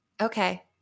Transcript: Okay